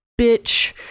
bitch